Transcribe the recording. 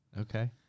Okay